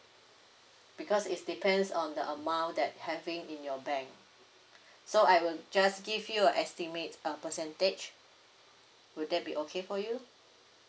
because it's depends on the amount that having in your bank so I will just give you a estimate uh percentage will that be okay for you